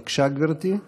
בבקשה, גברתי.